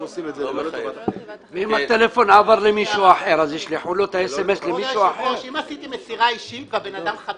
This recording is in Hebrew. אם עשיתי מסירה אישית והאדם חתם,